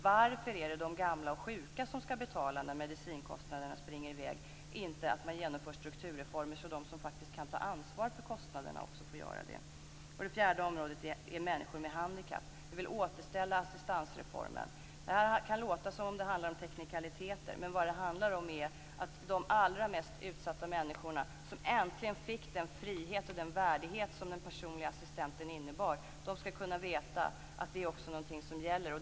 Varför är det de gamla och sjuka som skall betala när medicinkostnaderna springer i väg? Varför genomför men inte strukturreformer så att de som faktiskt kan ta ansvar för kostnaderna också får göra det? Det fjärde området är människor med handikapp. Vi vill återställa assistansreformen. Det kan låta som om det handlar om teknikaliteter, men vad det handlar om är att de allra mest utsatta människorna, som äntligen fick den frihet och värdighet som den personliga assistansen innebar, skall kunna veta att det är något som också gäller.